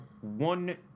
one